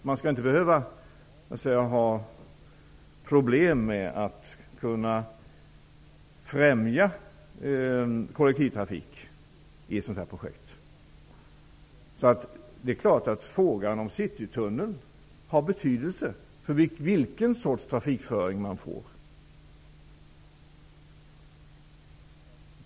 Man skall inte behöva ha problem med att kunna främja kollektivtrafiken i ett sådant här projekt. Det är klart att frågan om en citytunnel har betydelse för vilken sorts trafikföring man får.